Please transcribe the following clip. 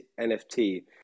NFT